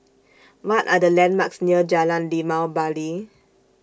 What Are The landmarks near Jalan Limau Bali